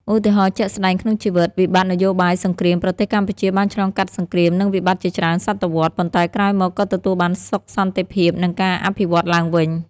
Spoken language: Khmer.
ឧទាហរណ៍ជាក់ស្ដែងក្នុងជីវិត វិបត្តិនយោបាយ សង្គ្រាម ប្រទេសកម្ពុជាបានឆ្លងកាត់សង្គ្រាម និងវិបត្តិជាច្រើនសតវត្សរ៍ ប៉ុន្តែក្រោយមក ក៏ទទួលបានសុខសន្តិភាព និងការអភិវឌ្ឍឡើងវិញ។